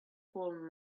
fallen